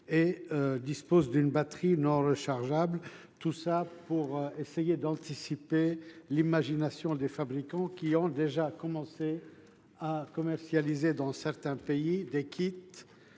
il dispose d’une batterie non rechargeable. Il s’agit d’anticiper l’imagination des fabricants, qui ont déjà commencé à commercialiser dans certains pays des kits